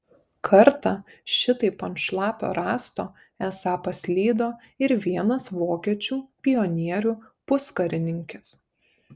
kartą šitaip ant šlapio rąsto esą paslydo ir vienas vokiečių pionierių puskarininkis